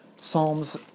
Psalms